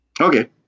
Okay